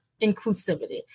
inclusivity